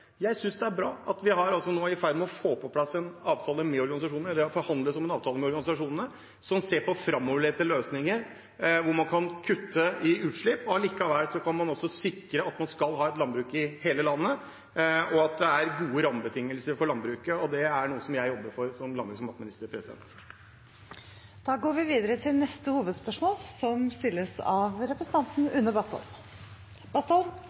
jeg synes det er bra at vi nå er i ferd med å få på plass en avtale med organisasjonene, at det forhandles om en avtale med organisasjonene, som ser på framoverlente løsninger – hvor man kan kutte i utslipp. Allikevel kan man sikre at det er landbruk i hele landet, og at det er gode rammebetingelser for landbruket. Det er noe jeg jobber for som landbruks- og matminister. Vi går videre til neste hovedspørsmål. Mitt spørsmål går til finansministeren og handler om åpenhetspolitikken til regjeringen. For det er ikke bare når det gjelder lån av